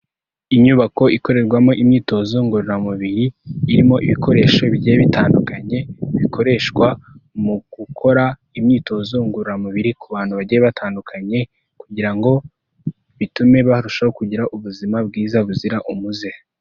Inyubako ikorerwamo imyitozo ngororamubiri, irimo ibikoresho bigiye bitandukanye, bikoreshwa mu gukora imyitozo ngororamubiri, ku bantu bagiye batandukanye, kugira ngo bitume barushaho kugira ubuzima bwiza buzira umuze.